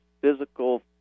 physical